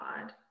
God